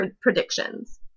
predictions